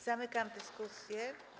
Zamykam dyskusję.